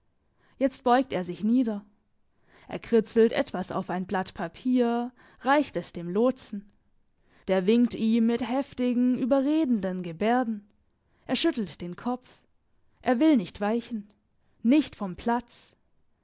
jetzt beugt er sich nieder er kritzelt etwas auf ein blatt papier reicht es dem lotsen der winkt ihm mit heftigen überredenden gebärden er schüttelt den kopf er will nicht weichen nicht vom platz